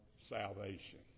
salvation